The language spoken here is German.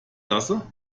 lasse